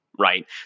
Right